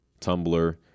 Tumblr